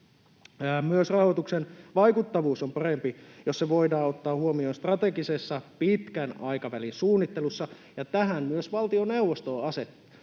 Myös rahoituksen vaikuttavuus on parempi, jos se voidaan ottaa huomioon strategisessa pitkän aikavälin suunnittelussa. Tähän myös valtioneuvosto on puuttunut